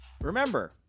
remember